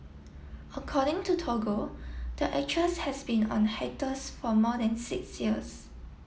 according to Toggle the actress has been on a hiatus for more than six years